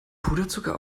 puderzucker